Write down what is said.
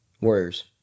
Warriors